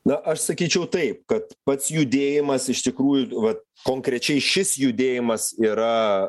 na aš sakyčiau taip kad pats judėjimas iš tikrųjų vat konkrečiai šis judėjimas yra